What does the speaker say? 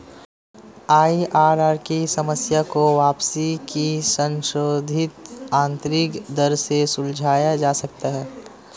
IRR की समस्या को वापसी की संशोधित आंतरिक दर से सुलझाया जा सकता है